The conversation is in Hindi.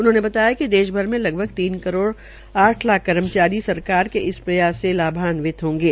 उन्होंने बताया कि देश भर में लगभग तीन करोड़ साठ लाख कर्मचारी सरकार से इस प्रयास से लाभान्वित होंगे